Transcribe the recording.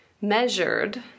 measured